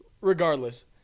Regardless